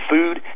Food